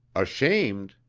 ashamed?